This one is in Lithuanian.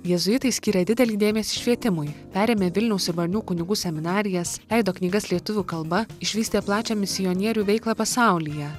jėzuitai skyrė didelį dėmesį švietimui perėmė vilniaus ir varnių kunigų seminarijas leido knygas lietuvių kalba išvystė plačią misionierių veiklą pasaulyje